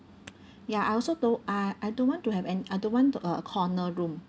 ya I also don't I I don't want to have an~ I don't want a corner room